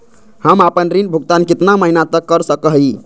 हम आपन ऋण भुगतान कितना महीना तक कर सक ही?